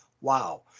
Wow